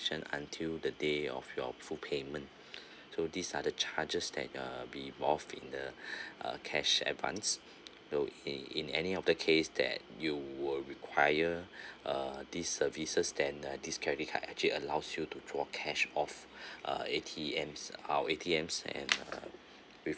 ~tion until the day of your full payment so these are the charges that uh be involved in the uh cash advance though in in any of the case that you will require uh these services then uh this credit card actually allows you to draw cash off uh A_T_Ms our A_T_Ms and uh with